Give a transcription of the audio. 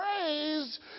praise